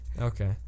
Okay